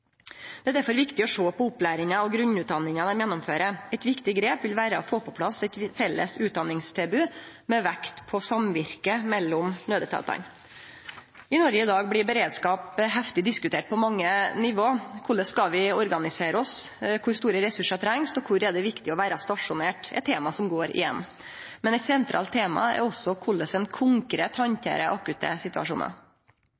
Det er derfor viktig å sjå på opplæringa og grunnutdanninga dei gjennomfører. Eit viktig grep vil vere å få plass eit felles utdanningstilbod med vekt på samvirket mellom naudetatane. I Noreg i dag blir beredskap heftig diskutert på mange nivå. Korleis skal vi organisere oss, kor store ressursar trengst, og kor er det viktig å vere stasjonert, er tema som går igjen. Men eit sentralt tema er også korleis ein konkret